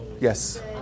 Yes